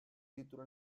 título